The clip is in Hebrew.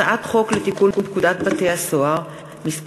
הצעת חוק לתיקון פקודת בתי-הסוהר (מס'